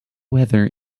weather